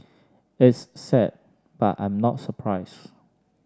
it's sad but I'm not surprised